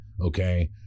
okay